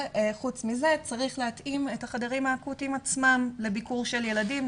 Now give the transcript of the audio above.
וחוץ מזה צריך להתאים את החדרים האקוטיים עצמם לביקור של ילדים,